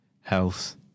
health